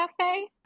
Cafe